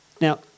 Now